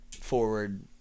forward